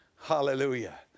Hallelujah